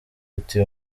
ati